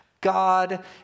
God